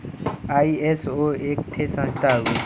ISO एक ठे संस्था हउवे